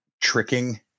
tricking